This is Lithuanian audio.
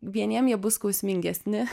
vieniem jie bus skausmingesni